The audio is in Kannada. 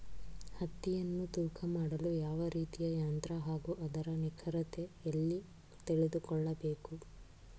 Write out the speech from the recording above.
ಹತ್ತಿಯನ್ನು ತೂಕ ಮಾಡಲು ಯಾವ ರೀತಿಯ ಯಂತ್ರ ಹಾಗೂ ಅದರ ನಿಖರತೆ ಎಲ್ಲಿ ತಿಳಿದುಕೊಳ್ಳಬೇಕು?